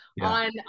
on